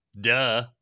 Duh